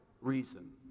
reason